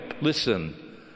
Listen